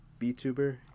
VTuber